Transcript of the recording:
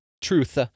truth